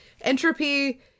Entropy